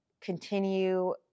continue